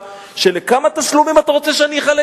לא עשר,